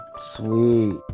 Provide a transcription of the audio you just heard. Sweet